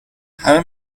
همه